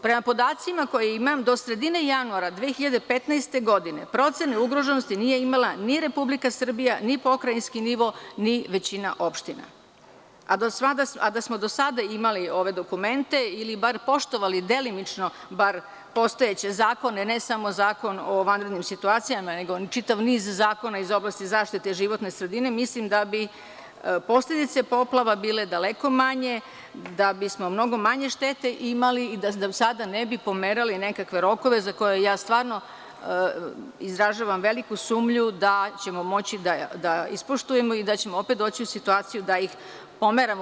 Prema podacima koje imam, do sredine januara 2015. godine procene ugroženosti nije imala ni Republika Srbija, ni pokrajinski nivo, ni većina opština, a da smo do sada imali ove dokumente ili bar poštovali delimično bar postojeće zakone, ne samo Zakon o vanrednim situacijama, nego čitav niz zakona iz oblasti zaštite životne sredine mislim da bi posledice poplava bile daleko manje, da bismo mnogo manje štete imali i da nam sada ne bi pomerali nekakve rokove za koje ja stvarno izražavam veliku sumnju da ćemo moći da ispoštujemo i da ćemo opet doći u situaciju da ih pomeramo.